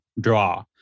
draw